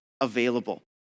available